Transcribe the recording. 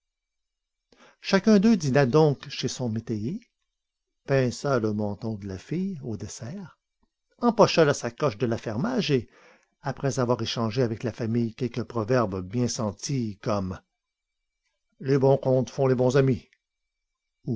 chacun d'eux dîna donc chez son métayer pinça le menton de la fille au dessert empocha la sacoche de l'affermage et après avoir échangé avec la famille quelques proverbes bien sentis comme les bons comptes font les bons amis